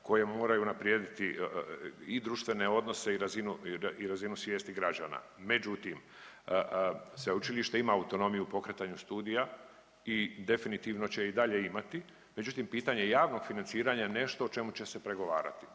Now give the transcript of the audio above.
koje moraju unaprijediti i društvene odnose i razinu svijesti građana. Međutim, sveučilište ima autonomiju u pokretanju studija i definitivno će i dalje imati. Međutim, pitanje javnog financiranja je nešto o čemu će se pregovarati